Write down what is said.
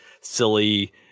silly